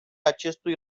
acestui